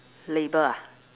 label ah